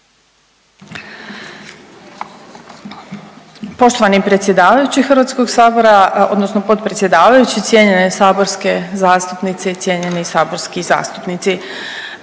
Poštovani predsjedavajući HS odnosno potpredsjedavajući, cijenjene saborske zastupnice i cijenjeni saborski zastupnici.